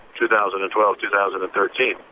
2012-2013